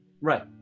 Right